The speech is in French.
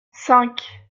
cinq